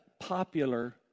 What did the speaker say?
popular